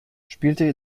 spielte